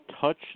touch